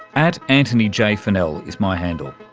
at antonyjfunnell is my handle.